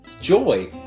joy